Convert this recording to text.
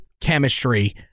chemistry